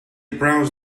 browsed